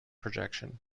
projection